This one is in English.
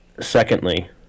Secondly